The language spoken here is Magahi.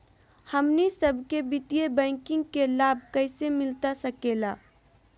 हमनी सबके वित्तीय बैंकिंग के लाभ कैसे मिलता सके ला?